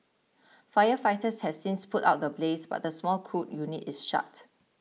firefighters has since put out the blaze but the small crude unit is shut